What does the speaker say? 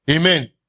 amen